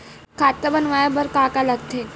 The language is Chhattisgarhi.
खाता बनवाय बर का का लगथे?